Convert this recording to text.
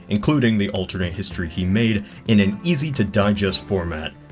including the alternate history he made, in an easy to digest format.